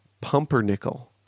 pumpernickel